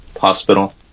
hospital